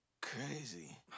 crazy